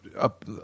up